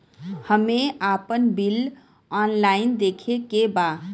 हमे आपन bill online देखे के बा?